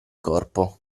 corpo